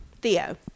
Theo